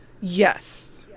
yes